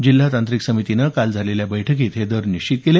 जिल्हातांत्रिक समितीनं काल झालेल्या बैठकीत हे दर निश्चित केले